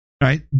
right